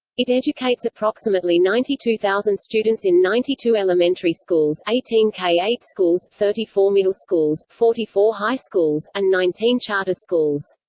it educates approximately ninety two thousand students in ninety two elementary schools, eighteen k eight schools, thirty four middle schools, forty four high schools, and nineteen charter schools.